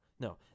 No